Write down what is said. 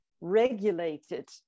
regulated